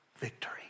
Victory